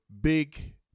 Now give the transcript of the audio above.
Big